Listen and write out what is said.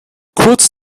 kurz